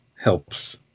helps